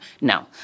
No